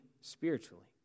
spiritually